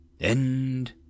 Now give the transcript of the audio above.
End